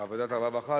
התשע"א 2011,